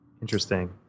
Interesting